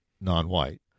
non-white